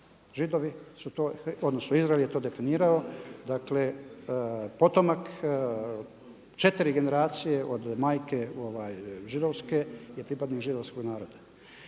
Židovi su to odnosno Izrael je to definirao, dakle, potomak 4 generacije od majke židovske je pripadnik židovskog naroda.